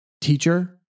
Teacher